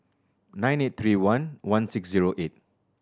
nine eight three one one six zero eight